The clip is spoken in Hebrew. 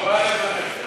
הוא בא לברך.